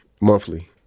monthly